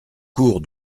cours